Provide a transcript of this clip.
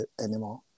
anymore